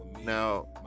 Now